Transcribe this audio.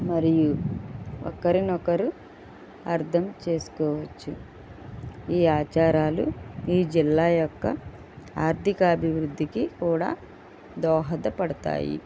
మరియు ఒకరిని ఒకరు అర్థం చేసుకోవచ్చు ఈ ఆచారాలు ఈ జిల్లా యొక్క ఆర్థిక అభివృద్ధికి కూడా దోహదపడతాయి